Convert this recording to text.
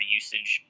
usage